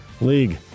League